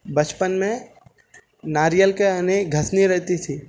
بچپن میں ناریل کی یعنی گھسنی رہتی تھی